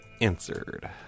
Answered